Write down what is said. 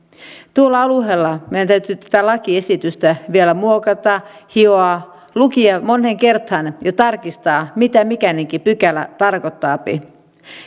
tuolla alueella meidän täytyy tätä lakiesitystä vielä muokata hioa lukea moneen kertaan ja tarkistaa mitä mikäinenkin pykälä tarkoittaa